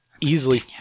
easily